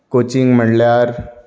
coaching म्हणल्यार